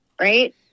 right